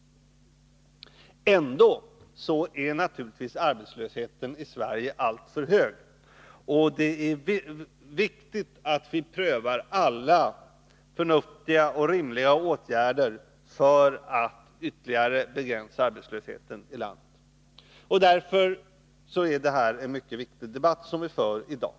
Ändå är naturligtvis arbetslösheten i Sverige alltför hög. Det är viktigt att vi prövar alla förnuftiga och rimliga åtgärder för att ytterligare begränsa arbetslösheten i landet. Därför är också den debatt som vi i dag för mycket betydelsefull.